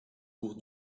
cours